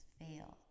fail